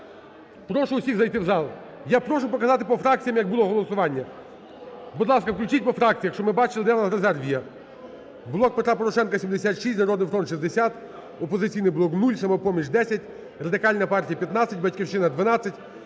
Прошу всіх зайти в зал. Я прошу показати по фракціям, як було голосування. Будь ласка, включіть по фракціях, щоб ми бачили, де у нас резерв є. "Блок Петра Порошенка" – 76, "Народний фронт" – 60, "Опозиційний блок" – 0, "Самопоміч" – 10, Радикальна партія – 15, "Батьківщина"